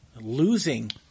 Losing